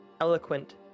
eloquent